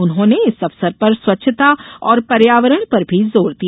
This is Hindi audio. उन्होंने इस अवसर पर स्वच्छता और पर्यावरण पर भी जोर दिया